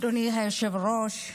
אדוני היושב-ראש,